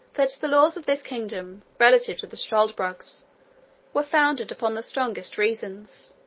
that the laws of this kingdom relative to the struldbrugs were founded upon the strongest reasons,